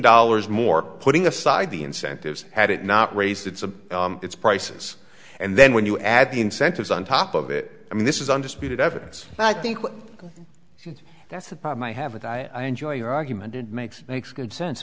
dollars more putting aside the incentives had it not raised its of its prices and then when you add the incentives on top of it i mean this is undisputed evidence and i think that's the problem i have and i enjoy your argument it makes makes good sense